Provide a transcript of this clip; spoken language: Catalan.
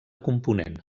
component